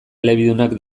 elebidunak